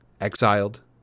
Exiled